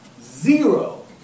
Zero